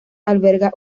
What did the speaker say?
alberga